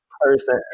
person